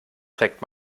trägt